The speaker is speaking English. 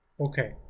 Okay